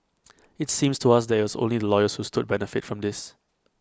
IT seems to us that IT was only the lawyers who stood benefit from this